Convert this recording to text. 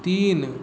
तीन